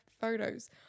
photos